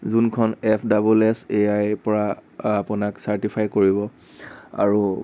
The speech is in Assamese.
যোনখন F double F A I পৰা আপোনাক চাৰ্টিফাই কৰিব আৰু